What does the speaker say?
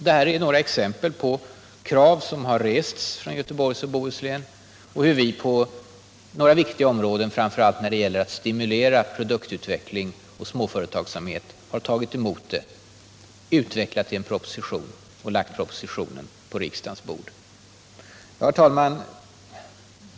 Det här är några exempel på krav som har rests i Göteborgs och Bohus län och på hur vi på några viktiga områden, framför allt när det gäller att stimulera produktutveckling och småföretagsamhet, har utvecklat det hela till en proposition som lagts på riksdagens bord.